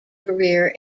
career